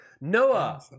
Noah